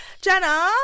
jenna